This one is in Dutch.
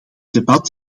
debat